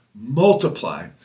multiply